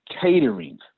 catering